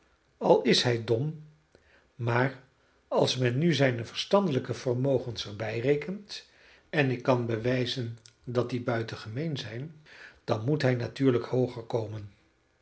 al is hij dom maar als men nu zijne verstandelijke vermogens er bij rekent en ik kan bewijzen dat die buitengemeen zijn dan moet hij natuurlijk hooger komen